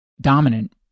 dominant